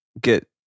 get